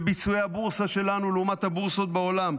בביצועי הבורסה שלנו לעומת הבורסות בעולם,